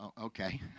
Okay